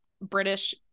British